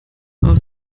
auf